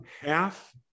half